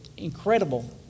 Incredible